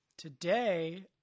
Today